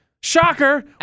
shocker